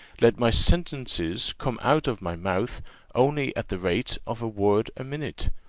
let my sentences come out of my mouth only at the rate of a word a minute?